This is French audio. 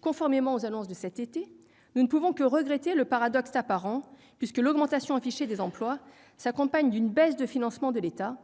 conformément aux annonces de l'été, nous ne pouvons que regretter un paradoxe apparent : l'augmentation affichée des emplois s'accompagne d'une baisse du financement de l'État,